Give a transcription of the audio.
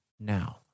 now